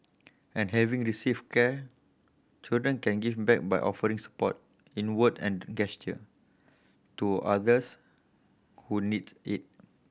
and having received care children can give back by offering support in word and gesture to others who need it